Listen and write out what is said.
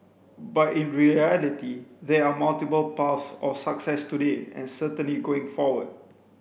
but in reality there are multiple paths of success today and certainly going forward